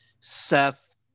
Seth